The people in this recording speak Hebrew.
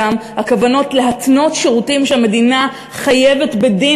גם הכוונות להתנות שירותים שהמדינה חייבת בדין